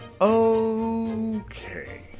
Okay